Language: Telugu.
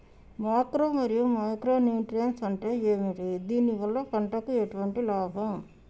మాక్రో మరియు మైక్రో న్యూట్రియన్స్ అంటే ఏమిటి? దీనివల్ల పంటకు ఎటువంటి లాభం?